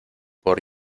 por